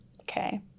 okay